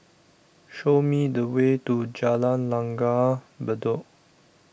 show me the way to Jalan Langgar Bedok